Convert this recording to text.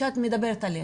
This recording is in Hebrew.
שאת מדברת עליה.